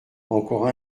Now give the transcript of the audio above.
encore